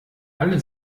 alle